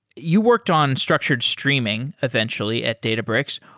you worked on structured streaming eventually at databricks.